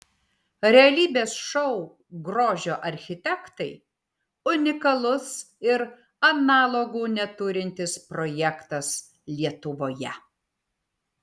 realybės šou grožio architektai unikalus ir analogų neturintis projektas lietuvoje